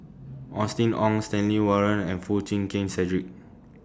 Austen Ong Stanley Warren and Foo Chee Keng Cedric